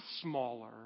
smaller